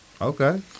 Okay